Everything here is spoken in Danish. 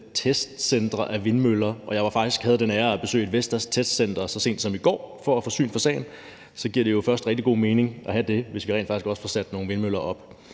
testcentre til vindmøller – og jeg havde faktisk den ære at besøge et Vestastestcenter så sent som i går for at få syn for sagen – så giver det jo først rigtig god mening at have det, hvis vi rent faktisk også får sat nogle vindmøller op.